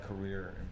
career